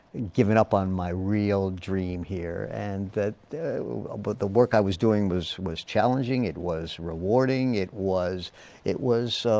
given up on my real dream here. and that the but the work i was doing was was challenging. it was rewarding. it was it was